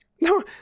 No